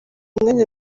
umwanya